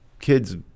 kids